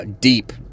deep